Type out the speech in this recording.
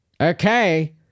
okay